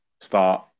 start